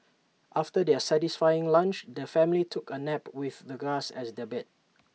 after their satisfying lunch the family took A nap with the grass as their bed